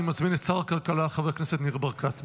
אני מזמין את שר הכלכלה חבר הכנסת ניר ברקת,